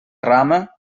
rama